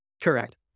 Correct